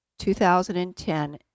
2010